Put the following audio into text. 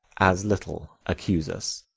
as little accuse us.